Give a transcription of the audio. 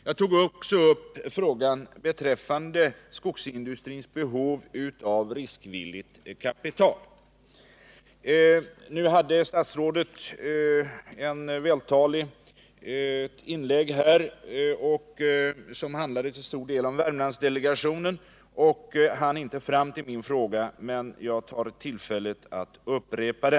Jag tog vidare upp frågan beträffande skogsindustrins behov av riskvilligt kapital. Statsrådet gjorde ett vältaligt inlägg som till stor del handlade om Värmlandsdelegationen och hann inte fram till min fråga. Jag tar tillfället i akt att upprepa den.